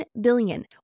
billion